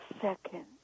second